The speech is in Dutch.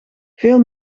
veel